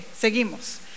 seguimos